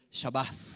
Shabbat